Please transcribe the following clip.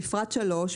בפרט 3,